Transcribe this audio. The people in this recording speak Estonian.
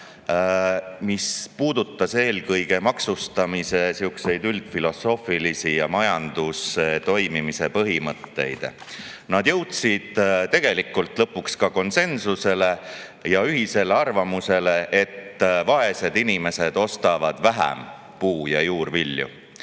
mis puudutas eelkõige maksustamise üldfilosoofilisi ja majanduse toimimise põhimõtteid. Nad jõudsid tegelikult lõpuks ka konsensusele, ühisele arvamusele, et vaesed inimesed ostavad vähem puu‑ ja juurvilju.